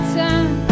time